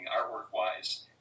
artwork-wise